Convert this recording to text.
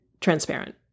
transparent